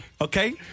okay